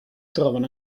trovano